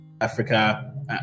Africa